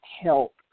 help